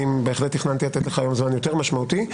אני בהחלט תכננתי לתת לך זמן יותר משמעותי.